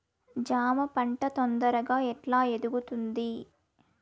జామ పంట తొందరగా ఎట్లా ఎదుగుతుంది?